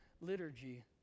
liturgy